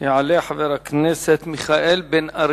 יעלה חבר הכנסת מיכאל בן-ארי,